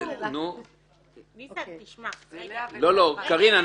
ניסן תשמע --- קארין,